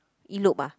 elope ah